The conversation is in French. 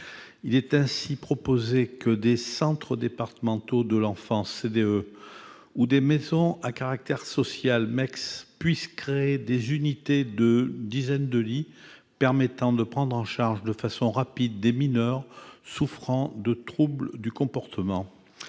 Il est ainsi proposé que les centres départementaux de l'enfance, les CDE, et les maisons d'enfants à caractère social, les MECS, puissent créer des unités d'une dizaine de lits permettant de prendre en charge rapidement des mineurs souffrant de troubles du comportement.